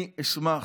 אני אשמח,